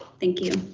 thank you.